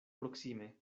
proksime